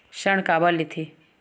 ऋण काबर लेथे?